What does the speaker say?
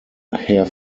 herr